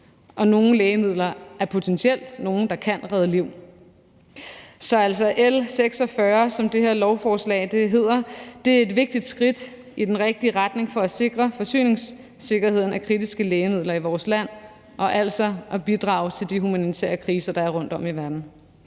Nogle lægemidler er potentielt nogle, der kan redde liv. Så altså, L 46, som det her lovforslag hedder, er et vigtigt skridt i den rigtige retning for at sikre forsyningssikkerheden af kritiske lægemidler i vores land og at bidrage i forbindelse med de humanitære kriser, der er rundtom i verden.